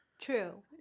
true